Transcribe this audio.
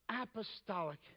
Apostolic